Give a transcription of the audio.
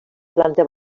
planta